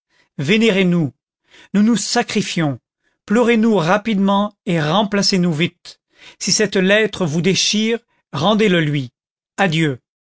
vénérez nous nous nous sacrifions pleurez nous rapidement et remplacez nous vite si cette lettre vous déchire rendez le lui adieu